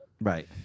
Right